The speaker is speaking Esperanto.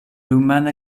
rumana